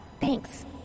Thanks